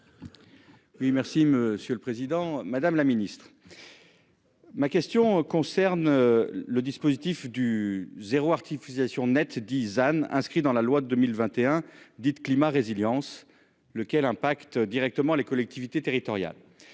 Oui, merci Monsieur le Président Madame la Ministre. Ma question concerne le dispositif du zéro articulations nettes, disant inscrit dans la loi de 2021. Dites climat résilience lequel impacte directement les collectivités territoriales,